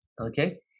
okay